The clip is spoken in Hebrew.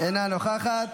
אינה נוכחת,